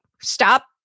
stop